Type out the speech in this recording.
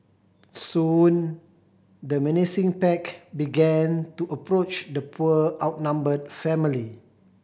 soon the menacing pack began to approach the poor outnumbered family